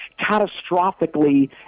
catastrophically